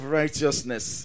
righteousness